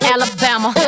Alabama